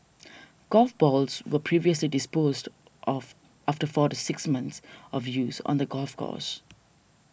golf balls were previously disposed of after four to six months of use on the golf course